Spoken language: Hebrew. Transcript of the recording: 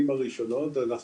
הראשונות.